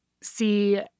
see